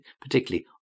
particularly